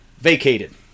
vacated